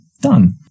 done